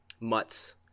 mutts